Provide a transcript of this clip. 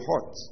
heart